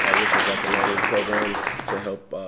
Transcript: ah which is like a nine week program to help